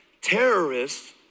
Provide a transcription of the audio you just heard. Terrorists